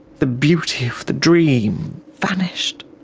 the beauty of the dream vanished,